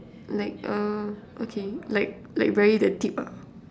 like uh okay like like very the tip ah